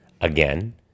again